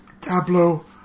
tableau